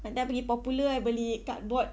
nanti I pergi Popular I beli cardboard